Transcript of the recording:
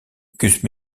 gus